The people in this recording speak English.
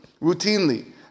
routinely